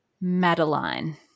Madeline